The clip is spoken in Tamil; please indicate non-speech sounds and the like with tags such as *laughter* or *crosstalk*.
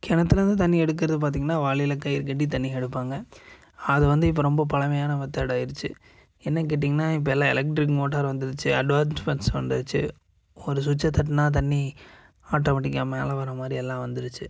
கிணத்துலேந்து தண்ணி எடுக்கிறது பார்த்திங்கன்னா வாளியில் கயிறு கட்டி தண்ணி எடுப்பாங்க அது வந்து இப்போ ரொம்ப பழமையான மெத்தட் ஆகிடுச்சு என்னென்னு கேட்டிங்கன்னா இப்போ எல்லாம் எலக்ட்ரிக் மோட்டார் வந்துடுச்சு அட்வான்ஸ் *unintelligible* வந்துடுச்சு ஒரு ஸ்விட்ச்சை தட்டினா தண்ணி ஆட்டோமேட்டிக்காக மேலே வர்ற மாதிரி எல்லாம் வந்துடுச்சு